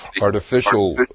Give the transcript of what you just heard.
artificial